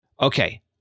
Okay